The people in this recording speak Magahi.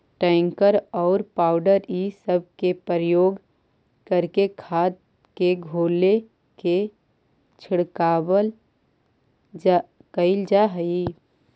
टैंकर औउर पाइप इ सब के प्रयोग करके खाद के घोल के छिड़काव कईल जा हई